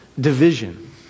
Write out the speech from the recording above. division